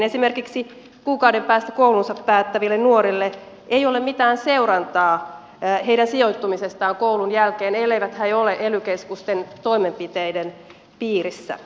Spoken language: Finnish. esimerkiksi kuukauden päästä koulunsa päättäville nuorille ei ole mitään seurantaa heidän sijoittumisestaan koulun jälkeen elleivät he ole ely keskusten toimenpiteiden piirissä